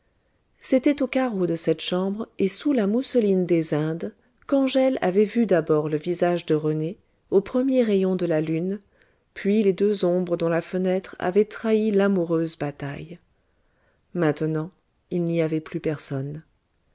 c'était aux carreaux de cette chambre et sous la mousseline des indes qu'angèle avait vu d'abord le visage de rené aux premiers rayons de la lune puis les deux ombres dont la fenêtre avait trahi l'amoureuse bataille maintenant il n'y avait plus personne